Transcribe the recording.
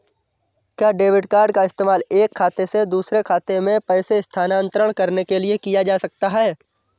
क्या debit card का इस्तेमाल एक खाते से दूसरे खाते में पैसे स्थानांतरण करने के लिए किया जा सकता है?